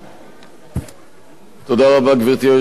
גברתי היושבת-ראש,